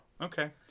Okay